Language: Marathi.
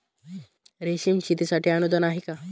रेशीम शेतीसाठी अनुदान आहे का?